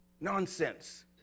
Nonsense